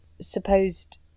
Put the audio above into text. supposed